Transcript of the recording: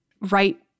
right